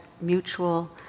mutual